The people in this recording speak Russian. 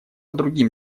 другим